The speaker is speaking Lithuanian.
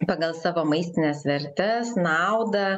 pagal savo maistines vertes naudą